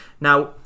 Now